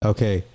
Okay